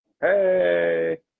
Hey